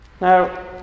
Now